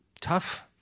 Tough